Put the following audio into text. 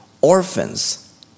orphans